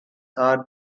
are